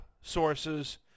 sources